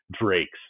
drakes